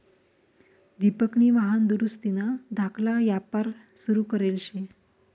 दिपकनी वाहन दुरुस्तीना धाकला यापार सुरू करेल शे